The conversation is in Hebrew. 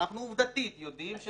אנחנו עובדתית יודעים,